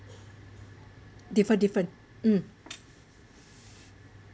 different different um